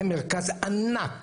זה מרכז ענק.